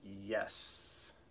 Yes